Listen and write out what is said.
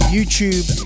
YouTube